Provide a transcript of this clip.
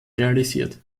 realisiert